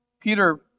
Peter